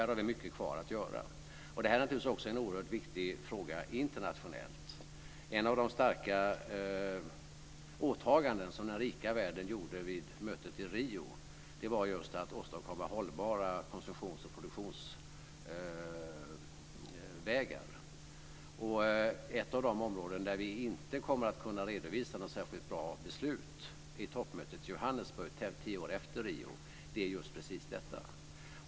Här har vi mycket kvar att göra. Detta är också en oerhört viktig fråga internationellt. Ett av de stora åtagandena som den rika världen gjorde vid mötet i Rio var just att åstadkomma hållbara konsumtions och produktionsvägar. Ett av de områden där vi inte kommer att kunna redovisa något särskilt bra beslut vid toppmötet i Johannesburg tio år efter Riomötet är just detta.